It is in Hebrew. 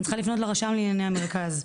אני צריכה לפנות לרשם לענייני המרכז,